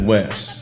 West